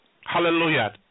Hallelujah